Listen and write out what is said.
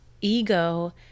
ego